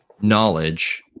knowledge